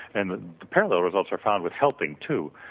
and the parallel was also found with helping too,